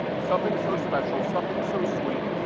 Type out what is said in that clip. something so special, something so sweet,